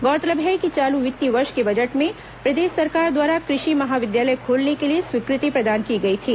गौरतलब है कि चालू वित्तीय वर्ष के बजट में प्रदेश सरकार द्वारा कृषि महाविद्यालय खोलने के लिए स्वीकृति प्रदान की गई थी